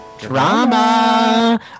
Drama